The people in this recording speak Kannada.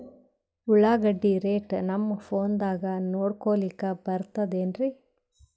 ಉಳ್ಳಾಗಡ್ಡಿ ರೇಟ್ ನಮ್ ಫೋನದಾಗ ನೋಡಕೊಲಿಕ ಬರತದೆನ್ರಿ?